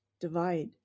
Divide